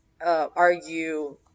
argue